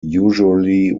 usually